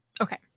okay